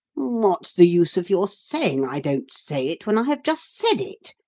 what's the use of your saying i don't say it when i have just said it?